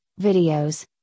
videos